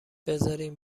بذارین